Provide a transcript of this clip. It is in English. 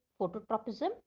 phototropism